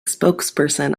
spokesperson